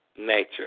nature